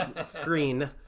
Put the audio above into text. screen